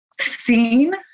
seen